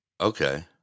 okay